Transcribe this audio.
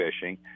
fishing